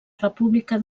república